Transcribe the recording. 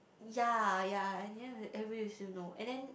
ya ya I knew that every you should know and then